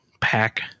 pack